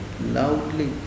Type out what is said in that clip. Loudly